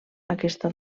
aquesta